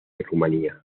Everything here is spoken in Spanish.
rumania